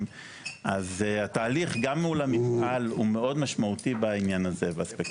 אז התהליך גם אם הוא למפעל הוא מאוד משמעותי בעניין הזה.